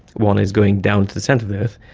one is going down to the centre of the earth.